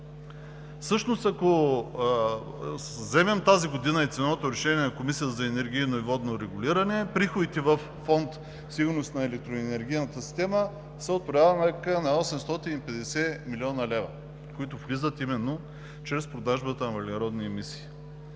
Всъщност, ако вземем ценовото решение на Комисията за енергийно и водно регулиране, приходите във Фонд „Сигурност на електроенергийната система“ са от порядъка на 850 млн. лв., които влизат именно чрез продажбата на въглеродни емисии.